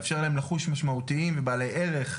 לאפשר להם לחוש משמעותיים ובעלי ערך.